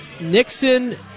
Nixon